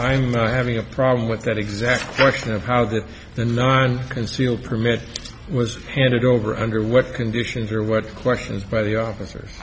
i'm having a problem with that exact question of how the concealed permit was handed over under what conditions or what questions by the officers